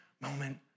moment